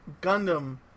Gundam